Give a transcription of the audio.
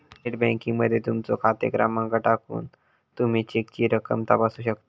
net banking मध्ये तुमचो खाते क्रमांक टाकून तुमी चेकची रक्कम तपासू शकता